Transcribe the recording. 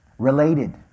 related